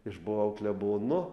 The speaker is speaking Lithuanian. išbuvau klebonu